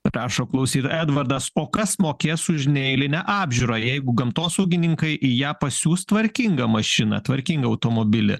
rašo klausyt edvardas o kas mokės už neeilinę apžiūrą jeigu gamtosaugininkai į ją pasiųs tvarkingą mašiną tvarkingą automobilį